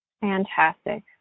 fantastic